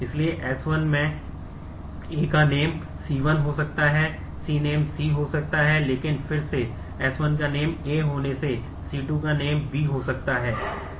इसलिए S1 में A का name C1 हो सकता है Cname C हो सकता है लेकिन फिर से S1 का name A होने से C 2 का name B हो सकता है